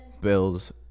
Bills